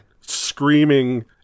screaming